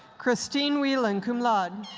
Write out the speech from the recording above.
kristine wheland, cum laude.